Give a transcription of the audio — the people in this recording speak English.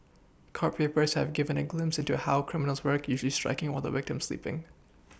court papers have given a glimpse into how criminals work usually striking while the victim is sleePing